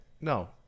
No